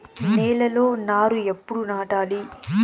నేలలో నారు ఎప్పుడు నాటాలి?